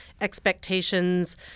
expectations